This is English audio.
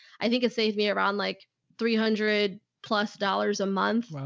i think it saved me around like three hundred plus dollars a month. wow.